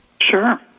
Sure